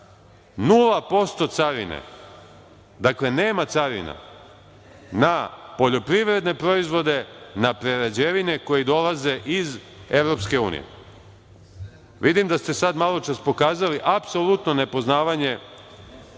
0% carine. Dakle, nema carina na poljoprivredne proizvode, na prerađevine koje dolaze iz EU.Vidim da ste maločas pokazali apsolutno nepoznavanje